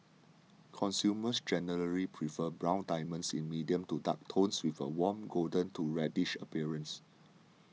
consumers generally prefer brown diamonds in medium to dark tones with a warm golden to reddish appearance